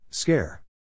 Scare